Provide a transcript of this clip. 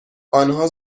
آنها